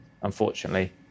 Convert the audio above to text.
unfortunately